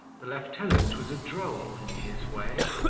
the lieutenant was a droll in his way,